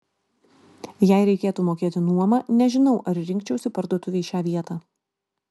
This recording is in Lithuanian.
jei reikėtų mokėti nuomą nežinau ar rinkčiausi parduotuvei šią vietą